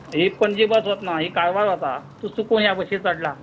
ही Panaji bus वचना ही कारवार वता तूं चुकून ह्या बसीर चडला